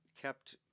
kept